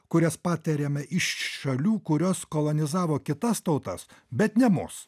kurias patiriame iš šalių kurios kolonizavo kitas tautas bet ne mus